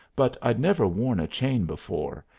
but i'd never worn a chain before,